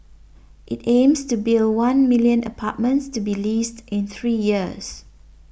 it aims to build one million apartments to be leased in three years